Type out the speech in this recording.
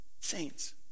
saints